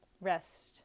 rest